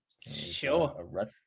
sure